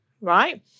right